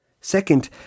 Second